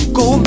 go